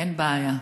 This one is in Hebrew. אין בעיה.